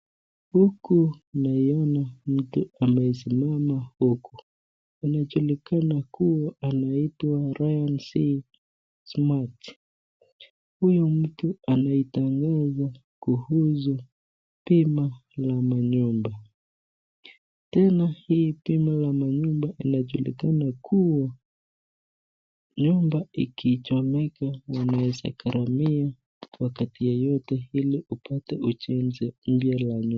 Huku naiona mtu amesimama huku, inajulikana kuwa anaitwa Rian Smart, huyu mtu anaitangaza kuhusu bima ya manyumba, tena hii bima ya manyumba inajulikana kuwa nyumba ikichomeka inaweza gharamia wakati yeyote ili utate ujenzi mpya ya nyumba.